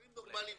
דברים נורמליים.